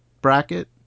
bracket